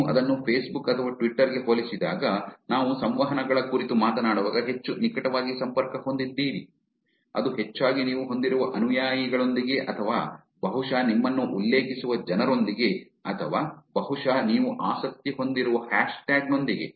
ನೀವು ಅದನ್ನು ಫೇಸ್ಬುಕ್ ಅಥವಾ ಟ್ವಿಟರ್ ಗೆ ಹೋಲಿಸಿದಾಗ ನಾವು ಸಂವಹನಗಳ ಕುರಿತು ಮಾತನಾಡುವಾಗ ಹೆಚ್ಚು ನಿಕಟವಾಗಿ ಸಂಪರ್ಕ ಹೊಂದಿದ್ದೀರಿ ಅದು ಹೆಚ್ಚಾಗಿ ನೀವು ಹೊಂದಿರುವ ಅನುಯಾಯಿಗಳೊಂದಿಗೆ ಅಥವಾ ಬಹುಶಃ ನಿಮ್ಮನ್ನು ಉಲ್ಲೇಖಿಸುವ ಜನರೊಂದಿಗೆ ಅಥವಾ ಬಹುಶಃ ನೀವು ಆಸಕ್ತಿ ಹೊಂದಿರುವ ಹ್ಯಾಶ್ಟ್ಯಾಗ್ ನೊಂದಿಗೆ